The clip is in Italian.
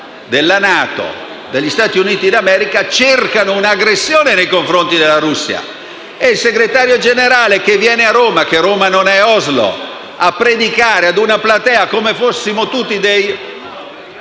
della NATO, dagli Stati Uniti d'America, cercano un'aggressione nei confronti della Russia, e il Segretario Generale che viene a Roma - che non è Oslo - a predicare ad una platea come fossimo tutti